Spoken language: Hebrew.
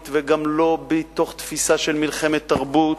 וגם לא מתוך תפיסה של מלחמת תרבות,